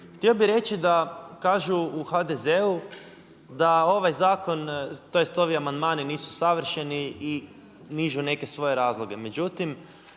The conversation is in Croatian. Htio bi reći da kažu u HDZ-u da ovi amandmani nisu savršeni i nižu neke svoje razloge.